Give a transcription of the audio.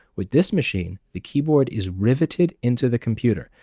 with this machine, the keyboard is riveted into the computer.